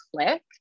Click